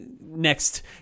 next